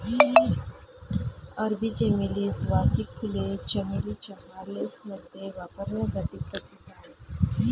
अरबी चमेली, सुवासिक फुले, चमेली चहा, लेसमध्ये वापरण्यासाठी प्रसिद्ध आहेत